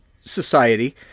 society